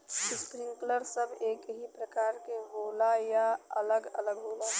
Sprinkler सब एकही प्रकार के होला या अलग अलग होला?